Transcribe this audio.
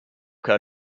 cas